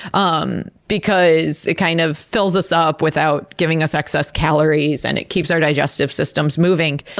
um because it kind of fills us up without giving us excess calories, and it keeps our digestive systems moving.